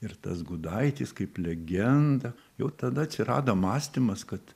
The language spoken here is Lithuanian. ir tas gudaitis kaip legenda jau tada atsirado mąstymas kad